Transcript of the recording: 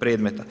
predmeta.